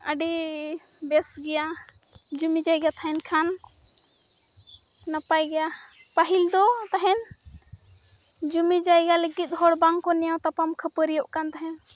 ᱟᱹᱰᱤ ᱵᱮᱥ ᱜᱮᱭᱟ ᱡᱩᱢᱤᱼᱡᱟᱭᱜᱟ ᱛᱟᱦᱮᱱ ᱠᱷᱟᱱ ᱱᱟᱯᱟᱭ ᱜᱮᱭᱟ ᱯᱟᱦᱤᱞᱫᱚ ᱛᱟᱦᱮᱱ ᱡᱩᱢᱤᱼᱡᱟᱭᱜᱟ ᱞᱟᱹᱜᱤᱫ ᱦᱚᱲ ᱵᱟᱝᱠᱚ ᱱᱮᱭᱟᱣ ᱛᱟᱯᱟᱢ ᱠᱷᱟᱹᱯᱟᱹᱨᱤᱭᱟᱹᱜ ᱠᱟᱱ ᱛᱟᱦᱮᱱ